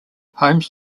homes